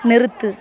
நிறுத்து